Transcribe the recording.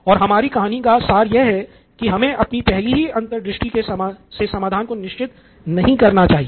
तो यहाँ कहानी का सार यह है की हमे अपनी पहली ही अंतर्दृष्टि से समाधान को निश्चित नहीं कर देना चाहिए